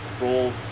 role